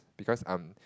because I'm